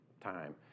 time